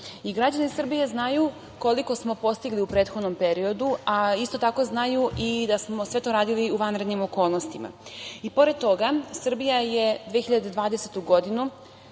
građani Srbije znaju koliko smo postigli u prethodnom periodu, a isto tako znaju da smo sve to radili u vanrednim okolnostima. I pored toga Srbija je 2020. godinu